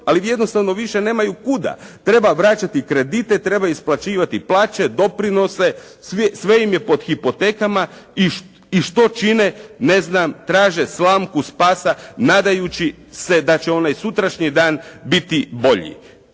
ali jednostavno više nemaju kuda, treba vraćati kredite, treba isplaćivati plaće, doprinose, sve im je pod hipotekama i što čine, ne znam traže slamku spasa nadajući se da će onaj sutrašnji dan biti bolji.